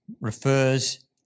refers